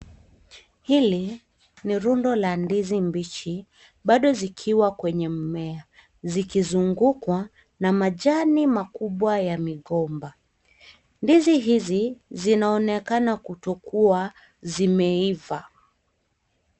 Hili ni rundo la ndizi mbichi bado zikiwa kwenye mmea zikizungukwa na majani makubwa ya migomba. Ndizi zinaonekana kutokuwa zimeiva.